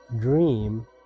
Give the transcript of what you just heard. dream